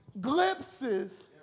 glimpses